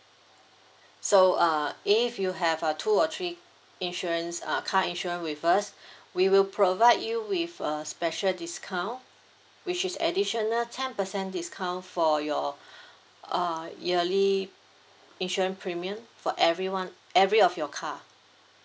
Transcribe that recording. so uh if you have uh two or three insurance err car insurance with us we will provide you with a special discount which is additional ten percent discount for your uh yearly insurance premium for every one every of your car